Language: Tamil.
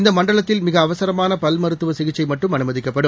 இந்த மண்டலத்தில் மிக அவசரமான பல் மருத்துவ சிகிச்சை மட்டும் அனுமதிக்கப்படும்